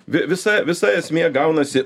vi visa visa esmė gaunasi